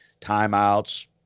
timeouts